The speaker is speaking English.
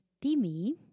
Timmy